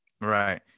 right